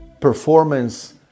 performance